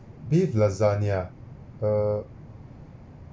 beef lasagna uh